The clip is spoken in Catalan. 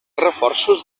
reforços